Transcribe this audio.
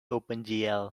opengl